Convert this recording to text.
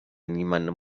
niemandem